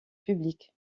public